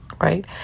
Right